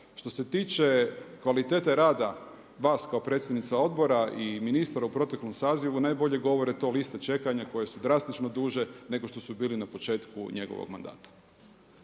Što se tiče kvalitete rada vas kao predsjednice Odbora i ministra u proteklom sazivu najbolje govore te liste čekanja koje su drastično duže nego što su bili na početku njegovog mandata.